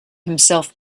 himself